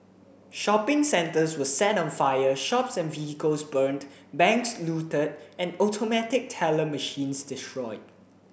shopping centres were set on fire shops and vehicles burnt banks looted and automatic teller machines destroyed